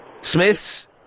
Smiths